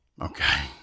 okay